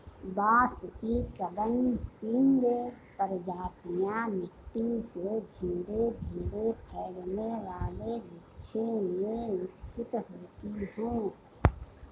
बांस की क्लंपिंग प्रजातियां मिट्टी से धीरे धीरे फैलने वाले गुच्छे में विकसित होती हैं